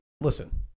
Listen